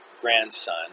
grandson